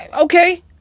okay